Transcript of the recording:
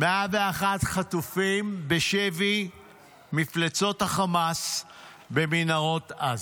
101 חטופים בשבי מפלצות החמאס במנהרות עזה.